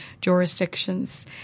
jurisdictions